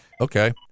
Okay